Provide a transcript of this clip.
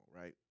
right